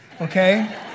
Okay